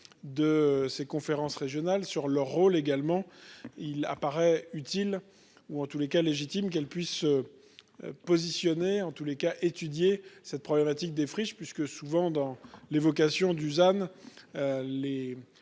de ces conférences régionales sur leur rôle également. Il apparaît utile ou en tous les cas légitime qu'elle puisse se. Positionner en tous les cas étudiés. Cette problématique des friches puisque souvent dans l'évocation Dusan.